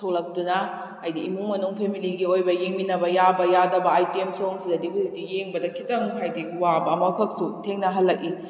ꯊꯣꯛꯂꯛꯇꯨꯅ ꯑꯩꯒꯤ ꯏꯃꯨꯡ ꯃꯅꯨꯡ ꯐꯦꯃꯤꯂꯤꯒꯤ ꯑꯣꯏꯕ ꯌꯦꯡꯃꯤꯟꯅꯕ ꯌꯥꯕ ꯌꯥꯗꯕ ꯑꯥꯏꯇꯦꯝ ꯁꯣꯡ ꯁꯤꯗꯗꯤ ꯍꯧꯖꯤꯛꯇꯤ ꯌꯦꯡꯕꯗ ꯈꯤꯇꯪ ꯍꯥꯏꯗꯤ ꯋꯥꯕ ꯑꯃꯈꯛꯁꯨ ꯊꯦꯡꯅꯍꯜꯂꯛꯏ